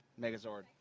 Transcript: Megazord